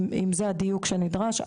אם זה הדיוק שנדרש,